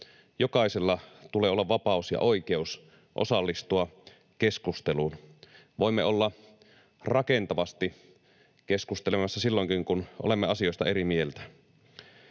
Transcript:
jokaisella tulee olla vapaus ja oikeus osallistua keskusteluun. Voimme olla rakentavasti keskustelemassa silloinkin, kun olemme asioista eri mieltä.